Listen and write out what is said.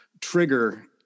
trigger